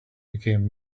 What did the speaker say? became